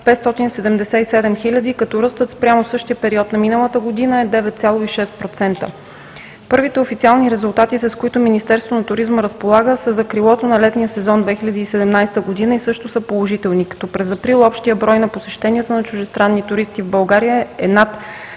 577 хиляди, като ръстът спрямо същия период на миналата година е 9,6%. Първите официални резултати, с които Министерството на туризма разполага, са за крилото на летния сезон 2017 г. и също са положителни. През април общият брой на посещенията на чуждестранни туристи в България е над